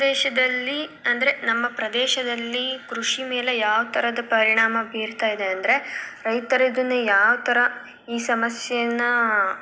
ಪ್ರದೇಶದಲ್ಲಿ ಅಂದರೆ ನಮ್ಮ ಪ್ರದೇಶದಲ್ಲಿ ಕೃಷಿ ಮೇಲೆ ಯಾವ ಥರದ ಪರಿಣಾಮ ಬೀರ್ತಾ ಇದೆ ಅಂದರೆ ರೈತರಿದನ್ನು ಯಾವ ಥರ ಈ ಸಮಸ್ಯೆಯನ್ನು